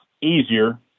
easier